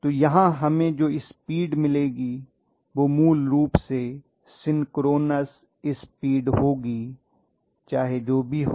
तो यहां हमें जो स्पीड मिलेगी वह मूल रूप से सिंक्रोनस स्पीड होगी चाहे जो भी हो